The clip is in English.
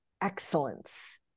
excellence